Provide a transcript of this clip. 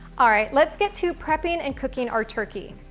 all right, let's get to prepping and cooking our turkey.